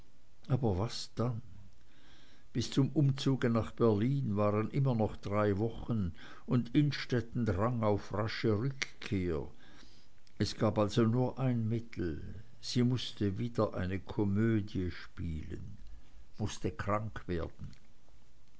aber was dann bis zum umzug nach berlin waren immer noch drei wochen und innstetten drang auf rasche rückkehr es gab also nur ein mittel sie mußte wieder eine komödie spielen mußte krank werden